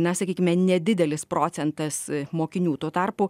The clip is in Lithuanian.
na sakykime nedidelis procentas mokinių tuo tarpu